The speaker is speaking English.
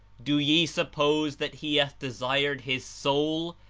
do ye suppose that he hath desired his soul,